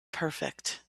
perfect